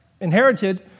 inherited